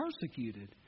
persecuted